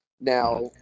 now